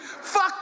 Fuck